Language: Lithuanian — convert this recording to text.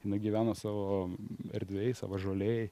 jinai gyvena savo erdvėj savo žolėj